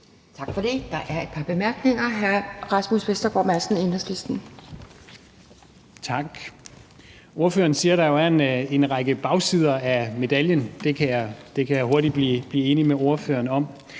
Tak for det. Der er et par bemærkninger. Hr. Rasmus Vestergaard Madsen, Enhedslisten. Kl. 20:22 Rasmus Vestergaard Madsen (EL): Tak. Ordføreren siger, at der jo er en række bagsider af medaljen, og det kan jeg hurtigt blive enig med ordføreren om.